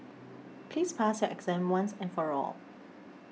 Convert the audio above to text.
please pas exam once and for all